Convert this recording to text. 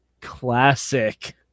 Classic